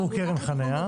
עבור קרן חניה,